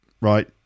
right